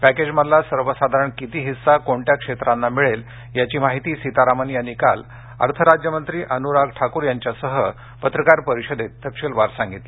पॅकेजमधला सर्वसाधारण किती हिस्सा कोणत्या क्षेत्रांना मिळेल याची माहिती सीतारामन यांनी काल अर्थ राज्यमंत्री अनुराग ठाकूर यांच्यासह पत्रकार परिषदेत तपशीलवार सांगितली